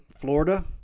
Florida